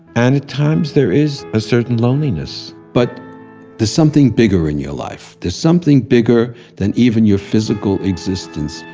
and at times there is a certain loneliness but there's something bigger in your life. there's something bigger than even your physical existence.